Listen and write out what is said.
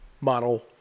Model